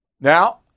Now